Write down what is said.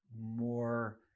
more